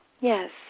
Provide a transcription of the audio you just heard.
Yes